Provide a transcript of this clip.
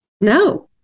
No